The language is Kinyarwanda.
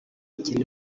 bukene